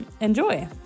enjoy